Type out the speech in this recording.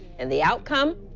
and the outcome,